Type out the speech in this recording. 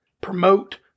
promote